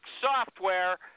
software